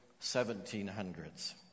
1700s